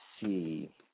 see